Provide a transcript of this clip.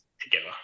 together